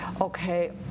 okay